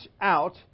out